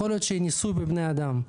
יכול להיות שהיא ניסוי בבני אדם,